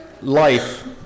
life